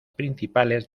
principales